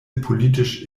politisch